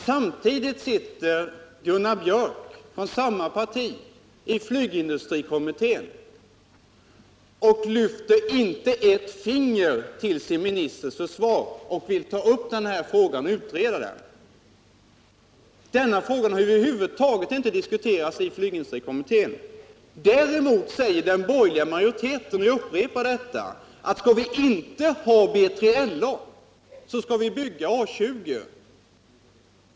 Samtidigt sitter Gunnar Björk i Gävle från samma parti i flygindustrikommittén och lyfter inte ett finger till sin ministers försvar när det gäller att ta upp och utreda denna fråga. Den har över huvud taget inte diskuterats i flygindustrikommittén. Däremot säger den borgerliga majoriteten — jag upprepar det — att vi om vi inte skall ha B3LA skall bygga A 20.